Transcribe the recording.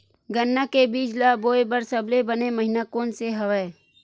गन्ना के बीज ल बोय बर सबले बने महिना कोन से हवय?